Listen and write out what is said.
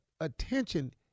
attention